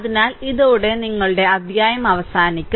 അതിനാൽ ഇതോടെ നിങ്ങളുടെ അധ്യായം അവസാനിക്കും